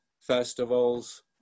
festivals